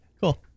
Cool